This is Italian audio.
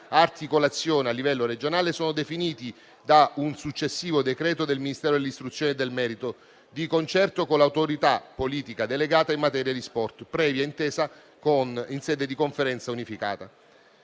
articolazione a livello regionale, sono definiti da un successivo decreto del Ministero dell'istruzione e del merito, di concerto con l'autorità politica delegata in materia di sport, previa intesa in sede di Conferenza unificata.